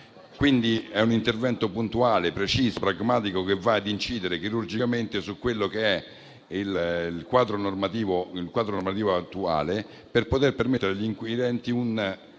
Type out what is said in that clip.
quindi di un intervento puntuale, preciso e pragmatico che va ad incidere chirurgicamente sul quadro normativo attuale per permettere agli inquirenti un